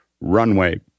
runway